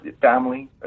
family